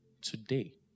today